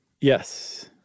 Yes